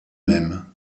même